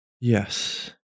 Yes